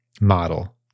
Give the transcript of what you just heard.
model